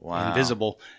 invisible